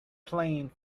plane